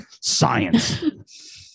science